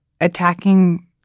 attacking